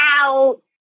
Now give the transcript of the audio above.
out